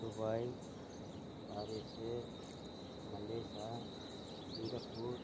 Dubai Paris Malaysia Singapore